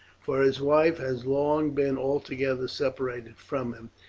for his wife has long been altogether separated from him,